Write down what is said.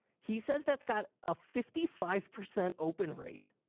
he says that's got a fifty five percent open rate.